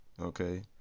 okay